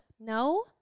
No